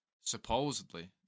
Supposedly